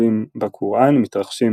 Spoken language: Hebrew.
שכתובים בקוראן מתרחשים